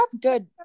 good